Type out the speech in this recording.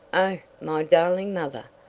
oh, my darling mother!